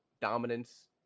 dominance